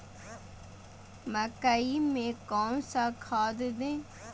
मकई में कौन सा खाद दे?